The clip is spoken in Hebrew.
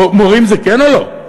מורים זה כן או לא?